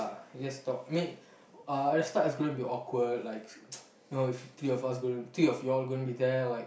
ya just talk i mean uh at the start it's gonna be awkward like you know if three of us gonna three of you all gonna be there like